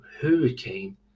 hurricane